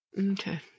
Okay